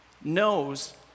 knows